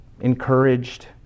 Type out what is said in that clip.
encouraged